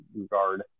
regard